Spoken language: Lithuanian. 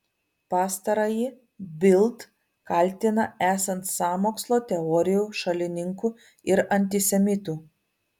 pastarąjį bild kaltina esant sąmokslo teorijų šalininku ir antisemitu